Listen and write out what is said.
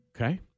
Okay